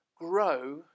grow